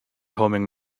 homing